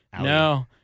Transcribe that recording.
No